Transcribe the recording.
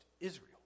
Israel